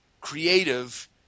creative